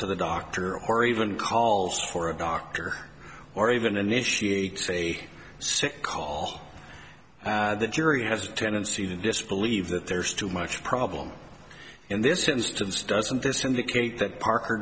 to the doctor or even calls for a doctor or even initiate a sick call the jury has a tendency to disbelieve that there's too much problem in this instance doesn't this indicate that parker